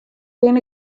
bin